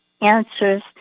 answers